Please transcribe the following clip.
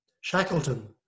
Shackleton